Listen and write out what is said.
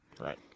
Right